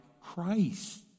Christ